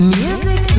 music